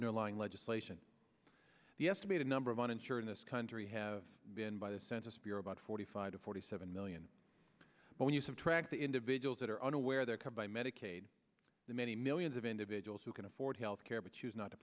underlying legislation the estimated number of uninsured in this country have been by the census bureau about forty five to forty seven million but when you subtract the individuals that are unaware they're come by medicaid the many millions of individuals who can afford health care but choose not to